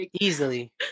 easily